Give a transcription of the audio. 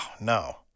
no